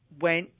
went